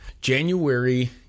January